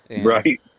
Right